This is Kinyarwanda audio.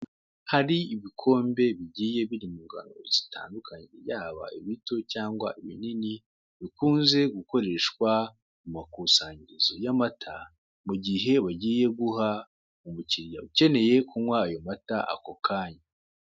Hari ibikombe bigiye biri mu ngano zitandukanye yaba ibito cyangwa ibinini, bikunze gukoreshwa mu makusanyirizo y'amata, mugihe ugiye guha umukiliya ukeneye kunywa ayo mata ako kanya.